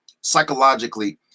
psychologically